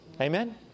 Amen